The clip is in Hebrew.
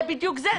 זה בדיוק זה.